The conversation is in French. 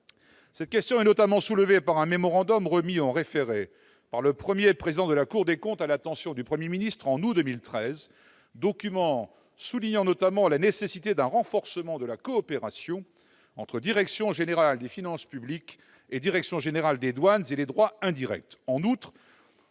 Cette question a notamment été soulevée par un mémorandum remis en référé par le Premier président de la Cour des comptes au Premier ministre en août 2013. Ce document souligne la nécessité d'un renforcement de la coopération entre la direction générale des finances publiques et la direction générale des douanes et droits indirects.